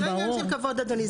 לא, זה לא עניין של כבוד אדוני.